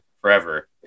forever